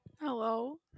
Hello